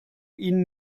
ihn